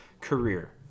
career